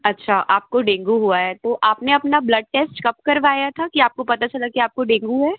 अच्छा आपको डेंगू हुआ है तो आपने अपना ब्लड टेस्ट कब करवाया था कि आपको पता चला कि आपको डेंगू है